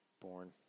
born